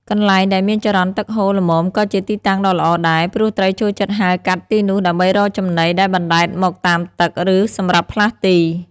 កន្លែងដែលមានចរន្តទឹកហូរល្មមក៏ជាទីតាំងដ៏ល្អដែរ ព្រោះត្រីចូលចិត្តហែលកាត់ទីនោះដើម្បីរកចំណីដែលបណ្តែតមកតាមទឹក ឬសម្រាប់ផ្លាស់ទី។